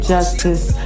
Justice